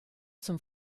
zum